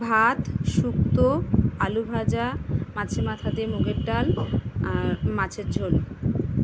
ভাত শুক্তো আলুভাজা মাছে মাথা দিয়ে মুগের ডাল আর মাছের ঝোল